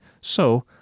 So-